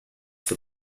for